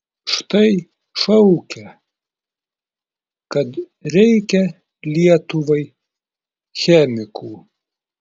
štai šaukia kad reikia lietuvai chemikų